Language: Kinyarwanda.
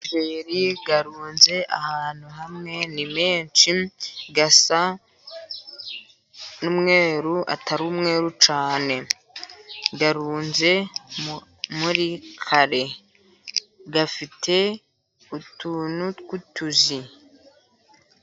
Amajeri arunze ahantu hamwe, ni menshi asa n'umweru. atari umweru cyane. Arunze muri kare, afite utuntu tw'utuzi.